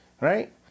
Right